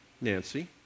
Nancy